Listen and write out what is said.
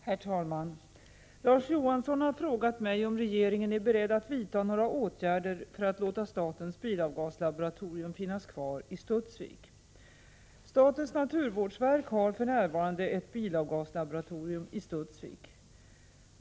Herr talman! Larz Johansson har frågat mig om regeringen är beredd att vidta några åtgärder för att låta statens bilavgaslaboratorium finnas kvar i Studsvik. Statens naturvårdsverk har för närvarande ett bilavgaslaboratorium i Studsvik.